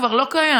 כבר לא קיים.